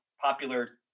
popular